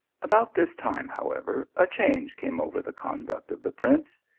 about this time, however, a change came over the conduct of the prince.